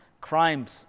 crimes